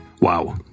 Wow